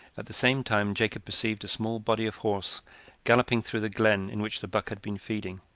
at the same time jacob perceived a small body of horse galloping through the glen in which the buck had been feeding.